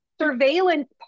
surveillance